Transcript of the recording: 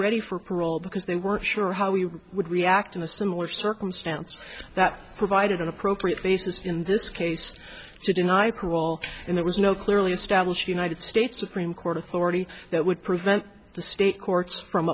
ready for parole because they weren't sure how we would react in a similar circumstance that provided an appropriate basis in this case to deny parole and there was no clearly established united states supreme court authority that would prevent the state courts from